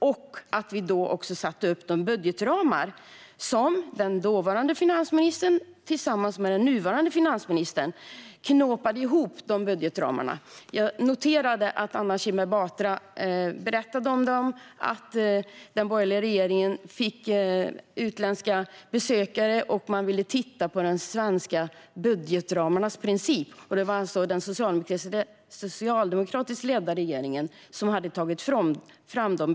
Då satte vi också upp budgetramar, som den dåvarande finansministern knåpade ihop tillsammans med den nuvarande finansministern. Jag noterar att Anna Kinberg Batra berättade att den borgerliga regeringen fick ta emot utländska besökare som ville titta på principen för de svenska budgetramarna. Men det var alltså den socialdemokratiska regeringen som hade tagit fram budgetramarna.